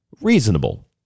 reasonable